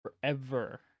forever